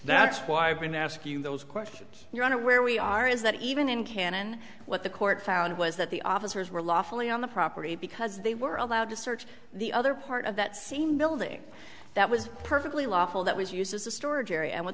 that's why i've been asking those questions your honor where we are is that even in canon what the court found was that the officers were lawfully on the property because they were allowed to search the other part of that same building that was perfectly lawful that was used as a storage area and w